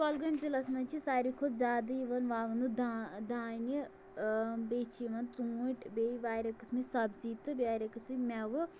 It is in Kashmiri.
کۄلگٲمۍ ضِلعس منٛز چھِ ساروی کھۄتہٕ زیادٕ یِوان وَونہٕ دا دانہِ بیٚیہِ چھِ یِوان ژوٗنٛٹھۍ بیٚیہِ واریاہ قٕسمٕچ سبزی تہٕ بیٚیہِ واریاہ قٕسمٕکۍ مٮ۪وٕ